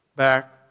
back